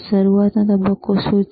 શરૂઆતનો તબક્કો શું છે